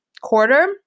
quarter